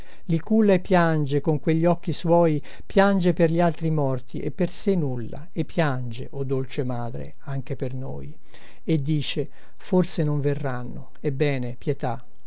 culla e piange con quelli occhi suoi piange per gli altri morti e per se nulla e piange o dolce madre anche per noi e dice forse non verranno ebbene pietà